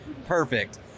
Perfect